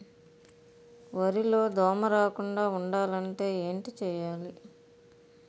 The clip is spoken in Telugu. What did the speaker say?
వరిలో దోమ రాకుండ ఉండాలంటే ఏంటి చేయాలి?